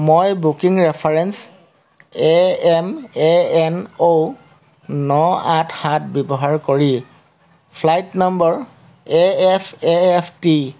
মই booking reference A M A N O N আঠ সাত ব্যৱহাৰ কৰি flight number A F A F T